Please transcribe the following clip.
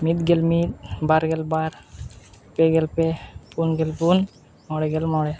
ᱢᱤᱫ ᱜᱮᱞ ᱢᱤᱫ ᱵᱟᱨ ᱜᱮᱞ ᱵᱟᱨ ᱯᱮ ᱜᱮᱞ ᱯᱮ ᱯᱩᱱ ᱜᱮᱞ ᱯᱩᱱ ᱢᱚᱬᱮ ᱜᱮᱞ ᱢᱚᱬᱮ